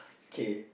okay